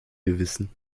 gewissen